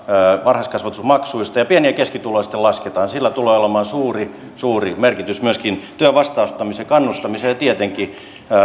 varhaiskasvatusmaksuista ja pieni ja keskituloisten maksuja lasketaan sillä tulee olemaan suuri suuri merkitys myöskin työn vastaanottamiseen kannustamiselle ja tietenkin